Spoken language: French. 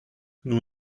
nous